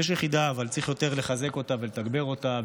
יש יחידה אבל צריך יותר לחזק אותה ולתגבר אותה,